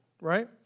Right